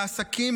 לעסקים,